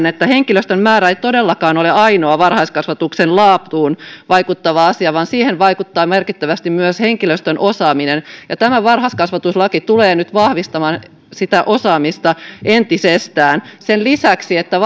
että henkilöstön määrä ei todellakaan ole ainoa varhaiskasvatuksen laatuun vaikuttava asia vaan siihen vaikuttaa merkittävästi myös henkilöstön osaaminen tämä varhaiskasvatuslaki tulee nyt vahvistamaan sitä osaamista entisestään sen lisäksi että